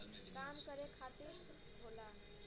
काम करे खातिर होला